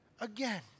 Again